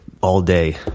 all-day